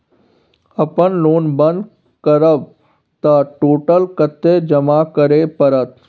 अपन लोन बंद करब त टोटल कत्ते जमा करे परत?